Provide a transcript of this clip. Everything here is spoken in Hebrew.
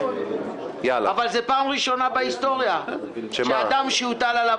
אבל זו פעם ראשונה בהיסטוריה שאדם שהוטל עליו